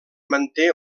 manté